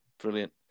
brilliant